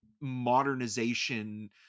modernization